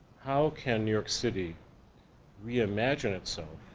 how can new york city reimagine itself